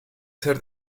ser